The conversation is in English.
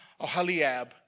Ahaliab